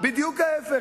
בדיוק ההיפך.